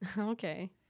Okay